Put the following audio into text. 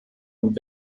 und